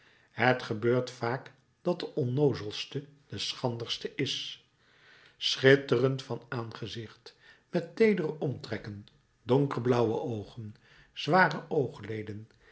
het gebeurt vaak dat de onnoozelste de schranderste is schitterend van aangezicht met teedere omtrekken donkerblauwe oogen zware oogleden